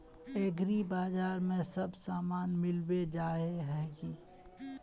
एग्रीबाजार में सब सामान मिलबे जाय है की?